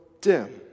dim